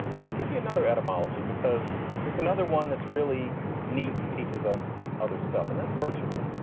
gonna give you another etymology because it's another one that's really neat and teaches us other stuff and that's virtual.